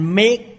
make